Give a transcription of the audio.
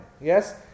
Yes